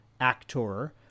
actor